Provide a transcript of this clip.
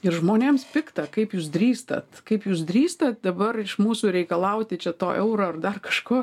ir žmonėms pikta kaip jūs drįstat kaip jūs drįstat dabar iš mūsų reikalauti čia to euro ar dar kažko